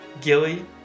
Gilly